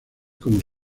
como